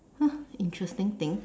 interesting thing